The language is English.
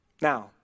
Now